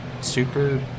super